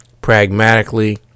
pragmatically